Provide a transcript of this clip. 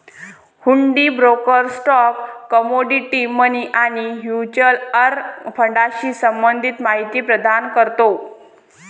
हुंडी broker stock, commodity, money आणि mutual फंडाशी संबंधित माहिती प्रदान करतो